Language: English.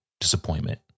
disappointment